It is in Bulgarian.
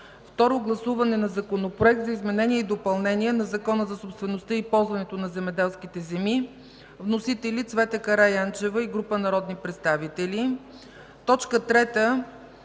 Второ гласуване на Законопроект за изменение и допълнение на Закона за собствеността и ползването на земеделските земи. Вносители – Цвета Караянчева и група народни представители. 3. Второ